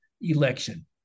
election